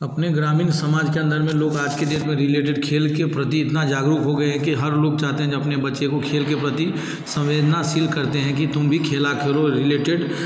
अपने ग्रामीण समाज के अन्दर में लोग आज की डेट में रीलेटेड खेल के प्रति इतना जागरूक हो गए हैं कि हर लोग चाहते हैं जो अपने बच्चे को खेल के प्रति सवेंदना शील करते हैं की तुम भी खेला करो रीलेटेड